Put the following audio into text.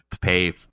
pay